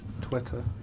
Twitter